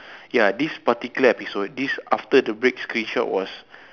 ya this particular episode this after the break screenshot was